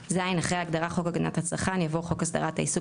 תשלום;"; אחרי ההגדרה "חוק הגנת הצרכן" יבוא: ""חוק הסדרת העיסוק